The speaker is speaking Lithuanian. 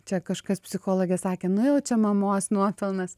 čia kažkas psichologė sakė nu jau čia mamos nuopelnas